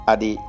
Adi